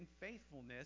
faithfulness